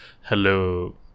Hello